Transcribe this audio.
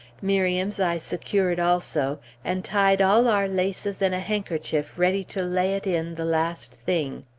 miriam's i secured also, and tied all our laces in a handkerchief ready to lay it in the last thing.